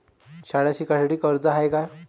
शाळा शिकासाठी कर्ज हाय का?